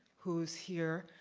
who's here.